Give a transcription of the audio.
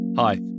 Hi